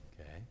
okay